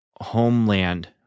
Homeland